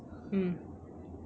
mm